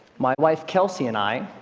my wife kelsey and i